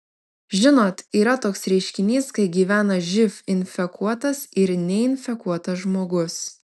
žinot yra toks reiškinys kai gyvena živ infekuotas ir neinfekuotas žmogus